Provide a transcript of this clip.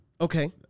Okay